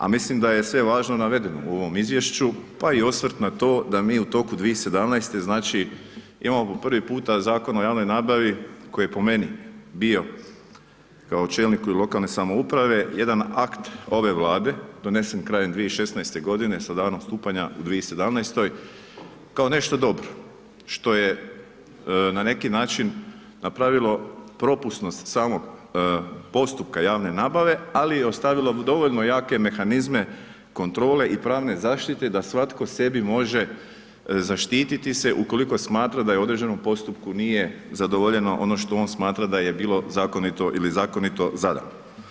A mislim da je sve važno navedeno u ovom izvješću, pa i osvrt na to da mi u toku 2017. imamo po prvi puta Zakon o javnoj nabavi koji, po meni bio kao čelniku i lokalne samouprave jedan akt ove Vlade donesen krajem 2016. godine sa danom stupanja u 2017., kao nešto dobro što je, na neki način napravilo propusnost samog postupka javne nabave, ali i ostavimo dovoljno jake mehanizme kontrole i pravne zaštite da svatko sebi može zaštiti se ukoliko smatra da u određenom postupku nije zadovoljeno ono što on smatra da je bilo zakonito ili zakonito zadano.